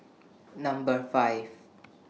Number five